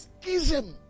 schism